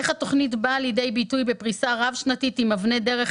איך התכנית באה לידי ביטוי בפריסה רב שנתית עם אבני דרך,